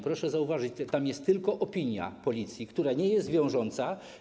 Proszę zauważyć, że tam jest tylko opinia Policji, która nie jest wiążąca.